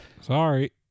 Sorry